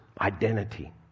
identity